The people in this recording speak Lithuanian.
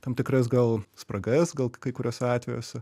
tam tikras gal spragas gal kai kuriuose atvejuose